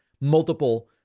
multiple